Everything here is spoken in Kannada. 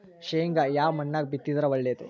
ಶೇಂಗಾ ಯಾ ಮಣ್ಣಾಗ ಬಿತ್ತಿದರ ಒಳ್ಳೇದು?